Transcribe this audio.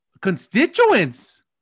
constituents